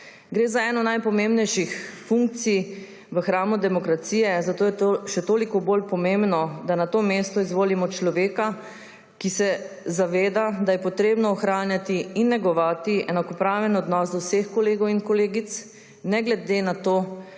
Gre za eno najpomembnejših funkcij v hramu demokracije, zato je še toliko bolj pomembno, da na to mesto izvolimo človeka, ki se zaveda, da je potrebno ohranjati in negovati enakopraven odnos do vseh kolegov in kolegic ne glede na to,